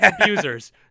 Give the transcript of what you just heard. abusers